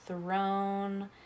throne